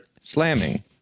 slamming